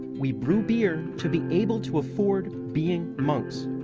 we brew beer to be able to afford being monks.